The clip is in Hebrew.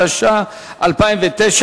התש"ע 2009,